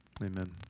Amen